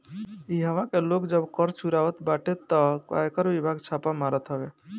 इहवा के लोग जब कर चुरावत बाटे तअ आयकर विभाग छापा मारत हवे